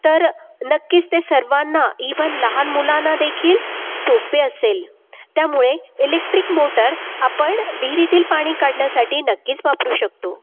तर नक्कीच ते सर्वांना इव्हन लहान मुलांनादेखील सोपे असेल त्यामुळे इलेक्ट्रिक मोटर आपण विहिरीतील पाणी काढण्यासाठी नक्कीच वापरू शकतो